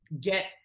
get